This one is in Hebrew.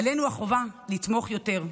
עלינו החובה לתמוך יותר.